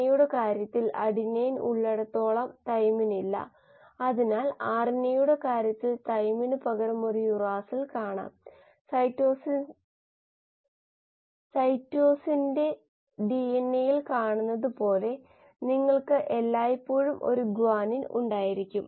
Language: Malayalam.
അതിനാൽ കൂടുതൽ കോശങ്ങൾ ഉള്ളത് എന്നിവ അർത്ഥമാക്കുന്നു അതിനാൽ ഏത് സാഹചര്യത്തിലും വളർച്ച നമ്മൾക്ക് പ്രധാനമാണ് ഇതാണ് ഏറ്റവും ലളിതമായ മോഡൽ 𝑟𝑥 𝜇 𝑥 ഒന്നാമത്തെ ഓർഡർ പ്രാതിനിധ്യം 𝜇 ഒരു സ്ഥിരമായിരിക്കാം